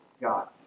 God